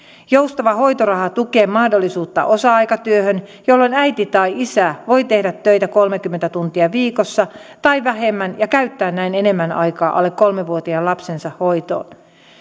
joustava hoitoraha tukee mahdollisuutta osa aikatyöhön jolloin äiti tai isä voi tehdä töitä kolmekymmentä tuntia viikossa tai vähemmän ja käyttää näin enemmän aikaa alle kolmevuotiaan lapsensa hoitoon